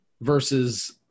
versus